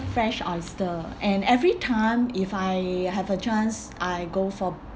fresh oyster and every time if I have a chance I go for